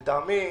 לטעמי,